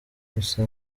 gusa